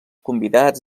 convidats